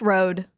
Road